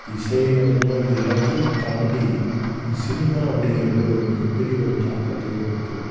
இசை நடனம் இது எல்லாத்தையும் தாண்டி இந்த சினிமா அப்படிங்கிறது ஒரு மிகப்பெரிய ஒரு தாக்கத்தை ஏற்படுத்துது